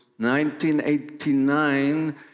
1989